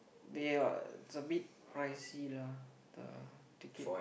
they are a bit pricey lah the ticket